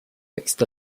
mixed